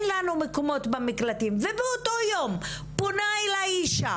לנו מקומות במקלטים ובאותו יום פונה אלי אישה